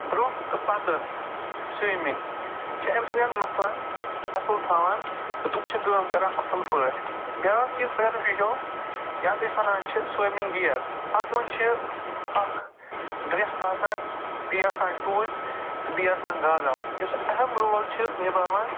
برونہہ تہٕ پَتہٕ سُومِنگ چھِ اَمہِ سۭتۍ مَثلَن اَصٕل تھاوان تہٕ تٔمۍ چھِ کٲم کران اَصٕل پٲٹھۍ بیاکھ چیٖز اَگر أسۍ وُچھو یَتھ أسۍ وَنان چھِ سُوُمِنگِ گِیر اَتھ منٛز چھُ اکھ ڈرٮ۪س آسان بیٚیہِ آسان ٹوٗپۍ تہٕ بیٚیہِ آسان گاگَل یُس اَہم رول چھُ نَباوان